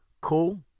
Cool